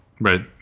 Right